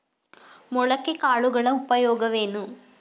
ಮೊಳಕೆ ಕಾಳುಗಳ ಉಪಯೋಗವೇನು?